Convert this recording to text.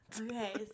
Okay